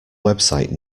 website